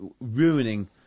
ruining